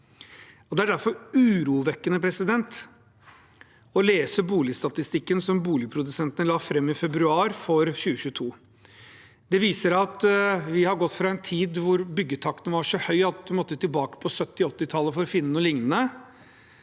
Det er derfor urovekkende å lese boligstatistikken for 2022, som boligprodusentene la fram i februar. Den viser at vi har gått fra en tid hvor byggetakten var så høy at vi måtte tilbake på 1970- og 1980-tallet for å finne noe lignende,